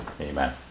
amen